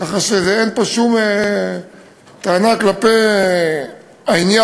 כך שאין פה שום טענה כלפי העניין,